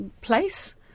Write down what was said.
place